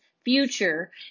future